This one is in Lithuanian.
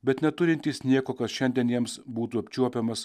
bet neturintys nieko kas šiandien jiems būtų apčiuopiamas